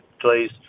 Please